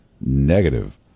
Negative